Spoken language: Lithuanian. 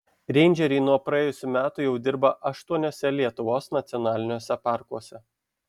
reindžeriai nuo praėjusių metų jau dirba aštuoniuose lietuvos nacionaliniuose parkuose